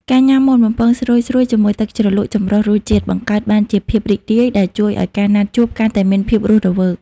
ការញ៉ាំមាន់បំពងស្រួយៗជាមួយទឹកជ្រលក់ចម្រុះរសជាតិ បង្កើតបានជាភាពរីករាយ ដែលជួយឱ្យការណាត់ជួបកាន់តែមានភាពរស់រវើក។